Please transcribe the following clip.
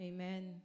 Amen